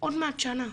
עוד מעט שנה.